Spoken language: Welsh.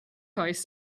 oes